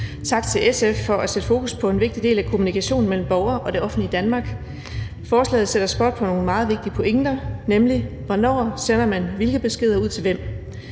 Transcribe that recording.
Tak til SF for at sætte fokus på en vigtig del af kommunikationen mellem borgere og det offentlige Danmark. Forslaget sætter spot på nogle meget vigtige pointer, nemlig med hensyn til hvornår man sender hvilke beskeder ud til hvem.